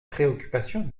préoccupation